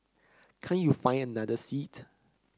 can't you find another seat